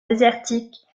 désertiques